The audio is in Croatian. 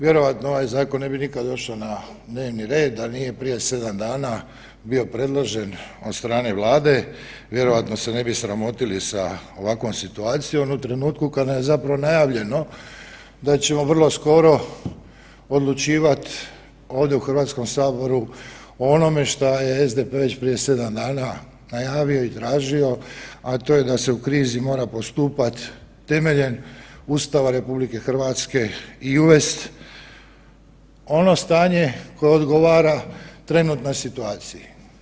Vjerojatno ovaj zakon ne bi nikad došao na dnevni red da nije prije 7 dana bio predložen od strane Vlade, vjerojatno se ne bi sramotili sa ovakvom situacijom u trenutku kada nam je zapravo najavljeno da ćemo vrlo skoro odlučivat ovdje u Hrvatskom saboru o onome što je SDP već prije 7 dana najavio i tražio, a to je da se u krizi mora postupat temeljem Ustava RH i uvest ono stanje koje odgovara trenutnoj situaciji.